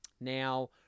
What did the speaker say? Now